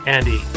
Andy